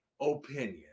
opinion